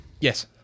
yes